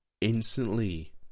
instantly